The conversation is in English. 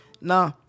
Nah